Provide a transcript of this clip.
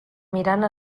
mirant